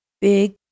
big